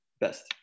best